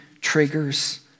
triggers